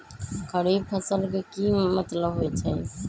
खरीफ फसल के की मतलब होइ छइ?